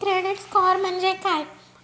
Credit score म्हणजे काय?